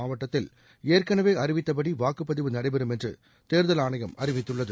மாவட்டத்தில் ஏற்கனவே அறிவித்தபடி வாக்குப் பதிவு நடைபெறும் என்று தேர்தல் ஆணையம் அறிவித்துள்ளது